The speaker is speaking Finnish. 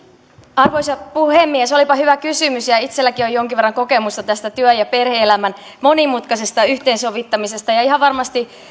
arvoisa puhemies olipa hyvä kysymys ja itsellänikin on jonkin verran kokemusta tästä työn ja perhe elämän monimutkaisesta yhteensovittamisesta ihan varmasti